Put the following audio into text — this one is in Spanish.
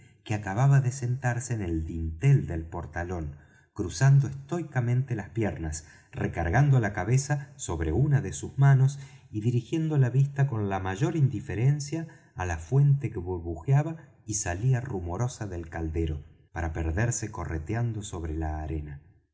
que acababa de sentarse en el dintel del portalón cruzando estoicamente las piernas recargando la cabeza sobre una de sus manos y dirigiendo la vista con la mayor indiferencia á la fuente que burbujeaba y salía rumorosa del caldero para perderse correteando sobre la arena